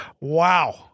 Wow